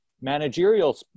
managerial